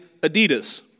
Adidas